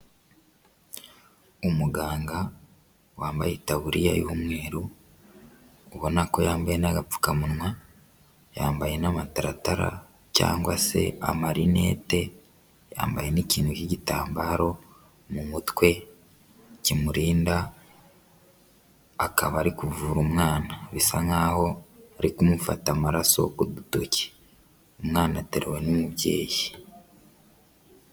Umuganga wambaye itaburiya y'umweru ubona ko yambaye n'agapfukamunwa, yambaye n'amataratara cyangwa se amarinete yambaye n'ikintu cy'igitambaro mu mutwe kimurinda, akaba ari kuvura umwana bisa nkaho ari kumufata amaraso ku dutoki umwana aterewe n'umubyeyi.